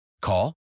Call